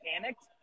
panicked